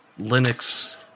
Linux